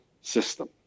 system